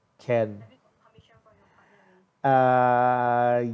can uh